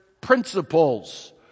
principles